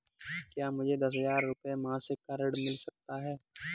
क्या मुझे दस हजार रुपये मासिक का ऋण मिल सकता है?